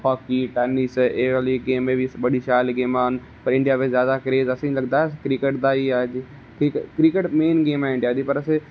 hockey tennis ऐ आहली game ना ऐ बी बड़ी शैल गेमा ना पर इंदे च ज्यादा क्रेज आलेंगी लगदा क्रिकेट दा जां क्रिकेट मेन गेम ऐ इडियां दी पर साढ़ी